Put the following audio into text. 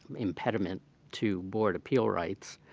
impediment to board appeal rights,